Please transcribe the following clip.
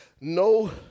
no